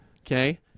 okay